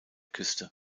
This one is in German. küste